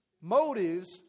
Motives